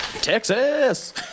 Texas